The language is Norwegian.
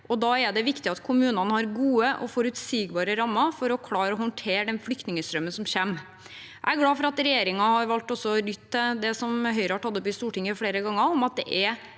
Da er det viktig at kommunene har gode og forutsigbare rammer for å klare å håndtere den flyktningstrømmen som kommer. Jeg er glad for at regjeringen har valgt å lytte til det som Høyre har tatt opp i Stortinget flere ganger, om at det er